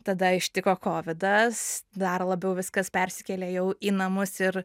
tada ištiko kovidas dar labiau viskas persikėlė jau į namus ir